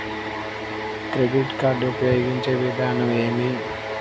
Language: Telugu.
క్రెడిట్ కార్డు ఉపయోగించే విధానం ఏమి?